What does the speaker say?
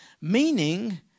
meaning